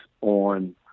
on